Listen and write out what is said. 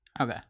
Okay